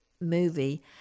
movie